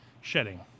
shedding